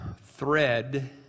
thread